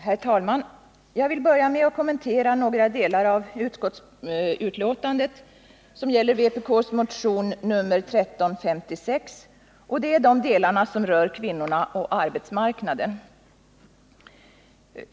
Herr talman! Jag vill börja med att kommentera några delar av utskottsbetänkandet vad gäller vpk:s motion nr 1356. Det är de delar som rör kvinnorna och arbetsmarknaden.